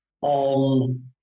on